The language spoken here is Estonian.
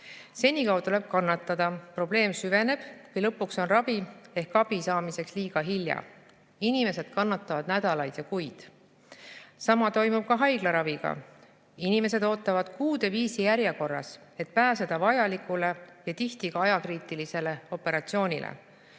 Senikaua tuleb kannatada, probleem süveneb või lõpuks on ravi ehk abi saamiseks liiga hilja. Inimesed kannatavad nädalaid ja kuid. Sama toimub haiglaraviga. Inimesed ootavad kuude viisi järjekorras, et pääseda vajalikule ja tihti ka ajakriitilisele operatsioonile.